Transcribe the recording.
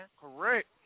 Correct